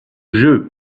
jeu